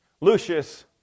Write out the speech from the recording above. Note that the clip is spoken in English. Lucius